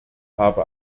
habe